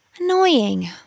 Annoying